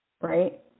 right